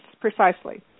precisely